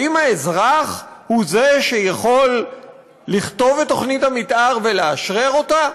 האם האזרח הוא שיכול לכתוב את תוכנית המתאר ולאשרר אותה?